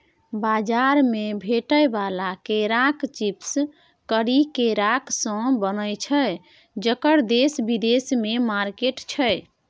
बजार मे भेटै बला केराक चिप्स करी केरासँ बनय छै जकर देश बिदेशमे मार्केट छै